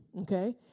okay